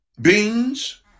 beans